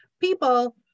people